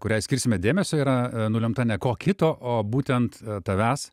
kuriai skirsime dėmesio yra nulemta ne ko kito o būtent tavęs